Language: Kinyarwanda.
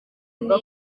neza